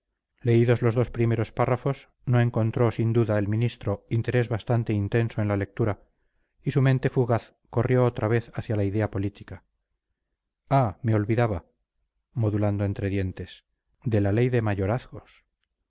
leídos los dos primeros párrafos no encontró sin duda el ministro interés bastante intenso en la lectura y su mente fugaz corrió otra vez hacia la idea política ah me olvidaba modulando entre dientes de la ley de mayorazgos